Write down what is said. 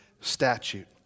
statute